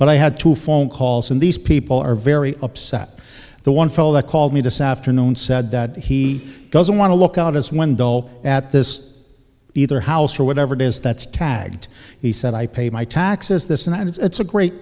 but i had to phone calls and these people are very upset the one fellow that called me to softer known said that he doesn't want to look out his window at this either house or whatever it is that's tagged he said i pay my taxes this and that it's a great